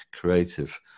creative